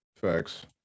Facts